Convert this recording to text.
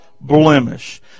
blemish